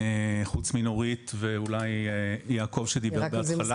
חוץ מנורית ויעקב חי שדיבר בהתחלה.